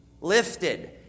lifted